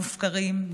מופקרים,